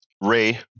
Ray